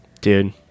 Dude